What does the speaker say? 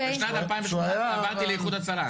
בשנת 2018 עברתי לאיחוד הצלה.